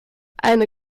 eine